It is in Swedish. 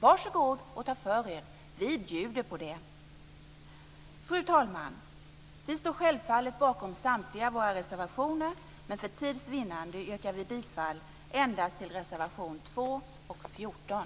Var så god och ta för er - vi bjuder på det! Fru talman! Vi står självfallet bakom samtliga våra reservationer, men för tids vinnande yrkar jag bifall endast till reservationerna 2 och 14.